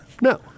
No